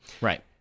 Right